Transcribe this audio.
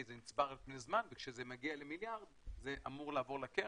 כי זה נצבר על פני זמן וכשזה מגיע למיליארד זה אמור לעבור לקרן,